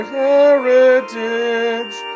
heritage